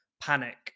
panic